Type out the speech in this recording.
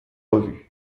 revues